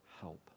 help